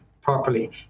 properly